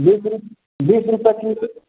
बीस रुप बीस रुपए फीट